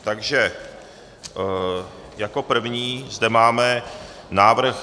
Takže jako první zde máme návrh...